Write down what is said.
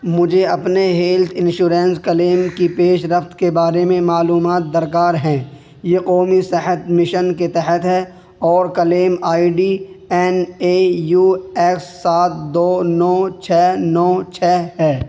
مجھے اپنے health insurance claim کی پیش رفت کے بارے میں معلومات درکار ہیں یہ قومی صحت مشن کے تحت ہے اور claim ID N A U S سات دو نو چھ نو چھ ہے